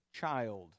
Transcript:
child